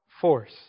force